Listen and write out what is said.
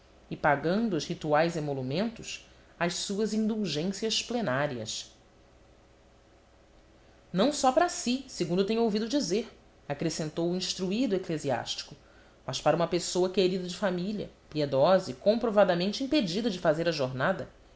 e pagando os rituais emolumentos as suas indulgências plenárias não só para si segundo tenho ouvido dizer acrescentou o instruído eclesiástico mas para uma pessoa querida de família piedosa e comprovadamente impedida de fazer a jornada